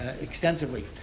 extensively